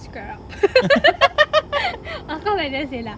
si kurap of course I didn't say lah